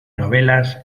novelas